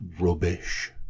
rubbish